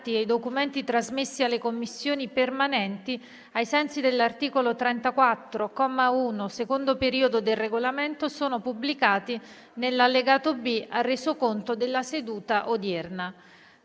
i documenti trasmessi alle Commissioni permanenti ai sensi dell'articolo 34, comma 1, secondo periodo, del Regolamento sono pubblicati nell'allegato B al Resoconto della seduta odierna.